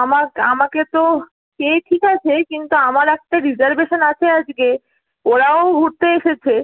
আমাকে আমাকে তো সে ঠিক আছে কিন্তু আমার একটা রিজারভেশান আছে আজকে ওরাও ঘুরতে এসেছে